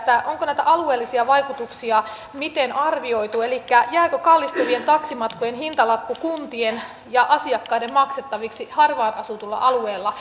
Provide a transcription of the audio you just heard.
onko näitä alueellisia vaikutuksia miten arvioitu elikkä jääkö kallistuvien taksimatkojen hintalappu kuntien ja asiakkaiden maksettavaksi harvaan asutulla alueella